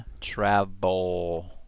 travel